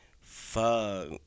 Fuck